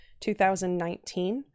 2019